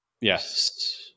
Yes